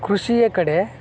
ಕೃಷಿಯ ಕಡೆ